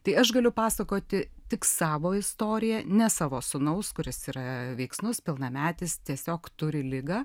tai aš galiu pasakoti tik savo istoriją ne savo sūnaus kuris yra veiksnus pilnametis tiesiog turi ligą